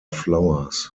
flowers